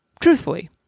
Truthfully